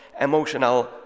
emotional